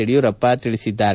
ಯಡಿಯೂರಪ್ಪ ಹೇಳಿದ್ದಾರೆ